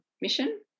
mission